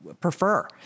prefer